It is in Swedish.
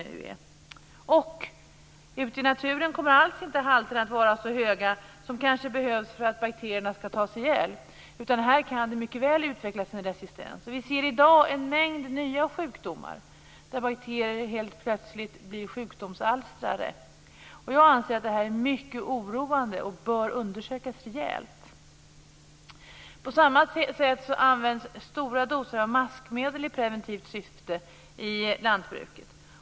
Ute i naturen kommer halterna inte alls att vara så höga som kanske är nödvändigt för att bakterierna skall tas ihjäl. Här kan det mycket väl utvecklas en resistens. Vi ser i dag en mängd nya sjukdomar där bakterier helt plötsligt blir sjukdomsalstrare. Jag anser att detta är mycket oroande och bör undersökas rejält. På samma sätt används stora doser av maskmedel i preventivt syfte i lantbruket.